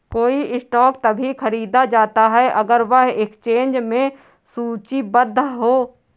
कोई स्टॉक तभी खरीदा जाता है अगर वह एक्सचेंज में सूचीबद्ध है